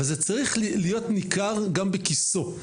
אבל זה צריך להיות ניכר גם בכיסו.